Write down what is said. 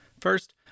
First